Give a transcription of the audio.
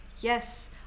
Yes